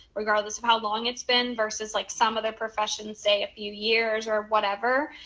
regardless of how long it's been, versus, like, some other professions say a few years or whatever.